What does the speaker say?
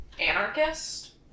Anarchist